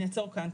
אני אעצור כאן.